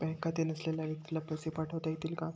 Bank खाते नसलेल्या व्यक्तीला पैसे पाठवता येतील का?